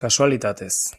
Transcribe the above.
kasualitatez